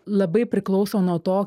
labai priklauso nuo to